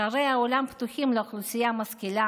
שערי העולם פתוחים לאוכלוסייה משכילה